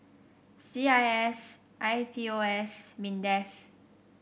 C I S I P O S Mindef